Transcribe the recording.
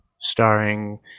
starring